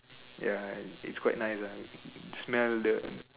ya it's quite nice lah smell the